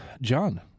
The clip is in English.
john